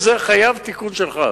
זה חייב תיקון שלך.